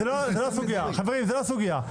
--- חברים, זאת לא סוגיה.